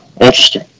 Interesting